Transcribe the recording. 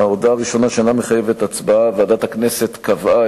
ההודעה הראשונה שאינה מחייבת הצבעה: ועדת הכנסת קבעה